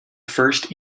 first